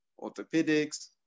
orthopedics